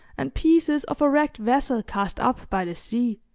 and pieces of a wrecked vessel cast up by the sea,